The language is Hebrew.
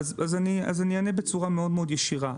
אז אני אענה בצורה מאוד מאוד ישירה.